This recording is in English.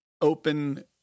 open